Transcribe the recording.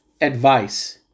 advice